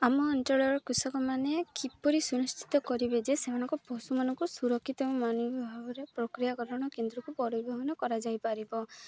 ଆମ ଅଞ୍ଚଳର କୃଷକମାନେ କିପରି ସୁନିଶ୍ଚିତ କରିବେ ଯେ ସେମାନଙ୍କ ପଶୁମାନଙ୍କୁ ସୁରକ୍ଷିତ ଏବଂ ମାନ ଭାବରେ ପ୍ରକ୍ରିୟାକରଣ କେନ୍ଦ୍ରକୁ ପରିବହନ କରାଯାଇପାରିବ